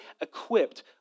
equipped